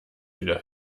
wieder